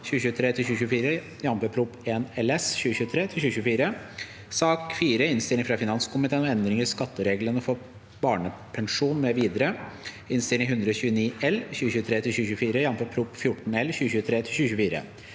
4. Innstilling fra finanskomiteen om Endringer i skattereglene for barnepensjon mv.